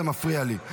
זה מפריע לי.